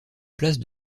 place